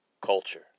culture